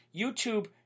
YouTube